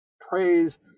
praise